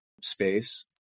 space